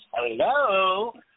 Hello